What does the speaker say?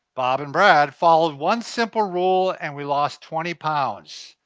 bob and brad, followed one simple rule and we lost twenty pounds.